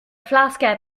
flasques